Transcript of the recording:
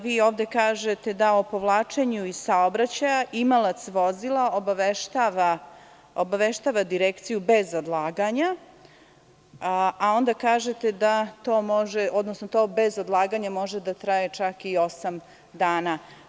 Vi ovde kažete da o povlačenju iz saobraćaja imalac vozila obaveštava Direkciju bez odlaganja, a onda kažete da to bez odlaganja može da traje čak i osam dana.